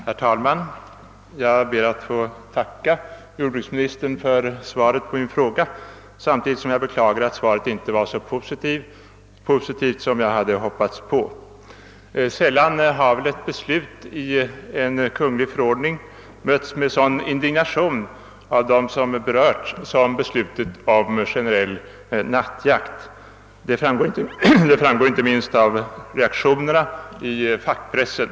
Herr talman! Jag ber att få tacka jordbruksministern för svaret på min interpellation, samtidigt som jag beklagar att svaret inte är så positivt som jag hade hoppats. Sällan har väl ett beslut i en kungl. förordning mötts med sådan indignation av de berörda som beslutet om generellt förbud mot nattjakt. Detta framgår inte minst av reaktionerna i fackpressen.